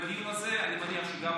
ובדיון הזה אני מניח שגם